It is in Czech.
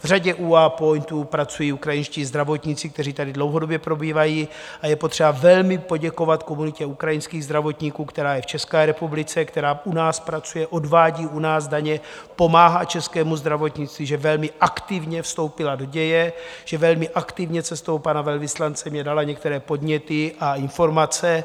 V řadě UA POINTů pracují ukrajinští zdravotníci, kteří tady dlouhodobě pobývají, a je potřeba velmi poděkovat komunitě ukrajinských zdravotníků, která je v České republice, která u nás pracuje, odvádí u nás daně, pomáhá českému zdravotnictví, že velmi aktivně vstoupila do děje, že velmi aktivně cestou pana velvyslance mně dala některé podněty a informace.